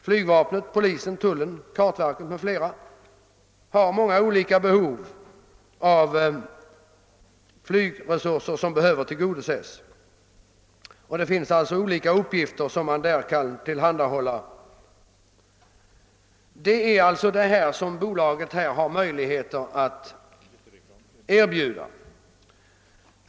Flygvapnet, polisen, tullen, kartverket m.fl. har alla behov av flygtransporter. Det är tjänster på detta område som bolaget har möjligheter att erbjuda.